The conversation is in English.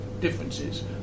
differences